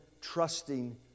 trusting